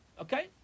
Okay